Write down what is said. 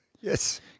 Yes